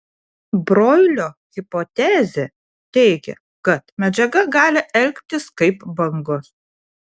broilio hipotezė teigia kad medžiaga gali elgtis kaip bangos